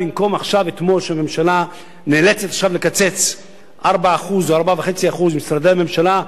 במקום שעכשיו הממשלה נאלצת לקצץ 4% או 4.5% ממשרדי הממשלה,